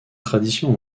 tradition